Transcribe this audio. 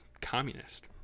communist